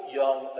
young